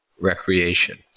recreation